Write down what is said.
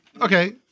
Okay